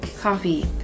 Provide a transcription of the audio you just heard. coffee